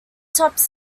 tops